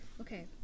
Okay